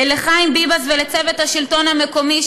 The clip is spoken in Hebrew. לחיים ביבס ולצוות השלטון המקומי,